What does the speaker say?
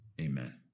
Amen